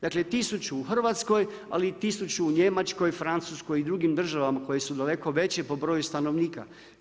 Dakle 1000 u Hrvatskoj ali i 1000 u Njemačkoj, Francuskoj i drugim državama koje su daleko veće po broju stanovnika.